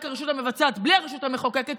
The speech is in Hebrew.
רק הרשות המבצעת בלי הרשות המחוקקת,